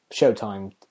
Showtime